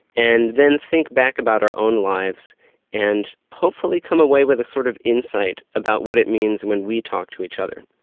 and then think back about our own lives and hopefully come away with a sort of insight about what it means when we talk to each other.